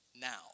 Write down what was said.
now